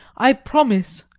i promise!